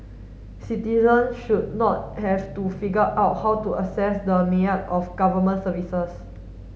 citizen should not have to figure out how to access the of Government services